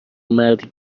مردی